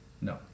No